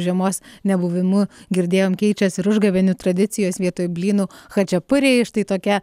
žiemos nebuvimu girdėjom keičias ir užgavėnių tradicijos vietoj blynų chačiapuriai štai tokia